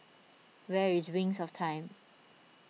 where is Wings of Time